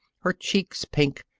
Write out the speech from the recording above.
her cheeks pink.